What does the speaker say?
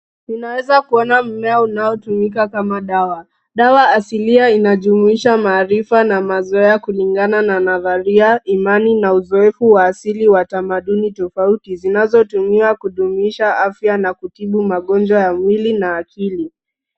Tunaweza kuona mmea unaotumika kama dawa. Dawa asilia inajumuisha maarifa na mazoea kulingana na nadharia, imani na uzoefu wa asili wa tamaduni tofauti zinazotumiwa kudumisha afya na kutibu magonjwa ya mwili na akili.